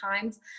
times